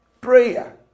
Prayer